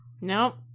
Nope